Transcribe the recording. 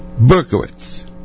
Berkowitz